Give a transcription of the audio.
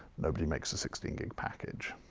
nobody makes a sixteen gig package.